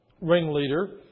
ringleader